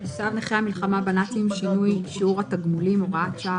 צו נכי המלחמה בנאצים (שינוי שיעור התגמולים) (הוראת שעה),